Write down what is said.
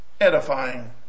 edifying